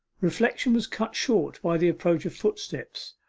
reflection was cut short by the approach of footsteps,